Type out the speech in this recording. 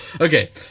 Okay